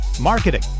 marketing